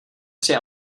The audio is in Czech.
při